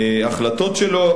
ההחלטות שלו.